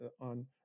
on